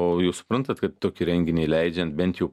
o jūs suprantat kad renginį leidžian bent jau